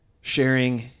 sharing